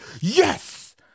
Yes